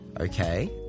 Okay